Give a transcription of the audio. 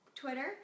Twitter